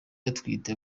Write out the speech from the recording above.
atwite